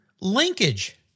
Linkage